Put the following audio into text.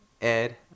Ed